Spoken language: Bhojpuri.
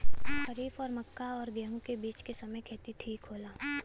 खरीफ और मक्का और गेंहू के बीच के समय खेती ठीक होला?